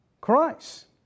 Christ